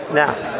now